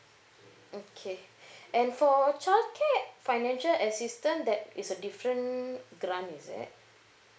okay and for child care financial assistance that is a different grant is it